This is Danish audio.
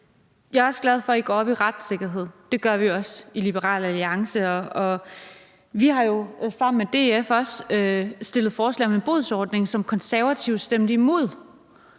Jeg er også glad for, at I går op i retssikkerhed; det gør vi også i Liberal Alliance. Vi har jo sammen med DF også stillet forslag om en bodsordning, som Konservative stemte imod.